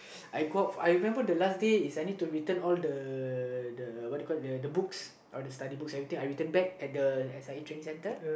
I go up I remember the last day is I need to return all the the what you call it the books I return back at the S_I_A training centre